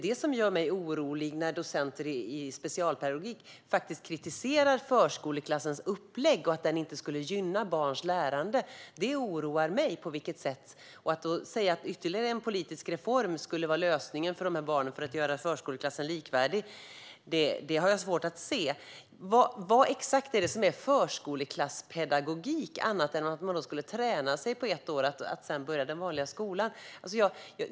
Därför blir jag orolig när docenter i specialpedagogik faktiskt kritiserar förskoleklassens upplägg och att det inte skulle gynna barns lärande. Då har jag svårt att se att ytterligare en politisk reform skulle vara en lösning för dessa barn och för att göra förskoleklassen likvärdig. Vad exakt är det som är förskoleklasspedagogik, annat än att man under ett år skulle träna för att sedan börja den vanliga skolan?